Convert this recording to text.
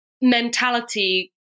mentality